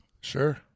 Sure